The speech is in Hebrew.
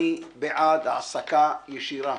אני בעד העסקה ישירה.